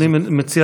אני מציע,